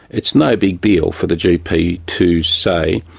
it's no big deal for the gp to say,